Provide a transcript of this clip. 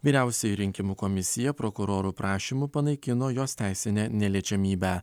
vyriausioji rinkimų komisija prokurorų prašymu panaikino jos teisinę neliečiamybę